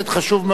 חשוב מאוד,